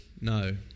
No